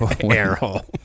Airhole